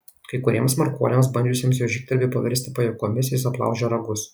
kai kuriems smarkuoliams bandžiusiems jo žygdarbį paversti pajuokomis jis aplaužė ragus